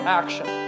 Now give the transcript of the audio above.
action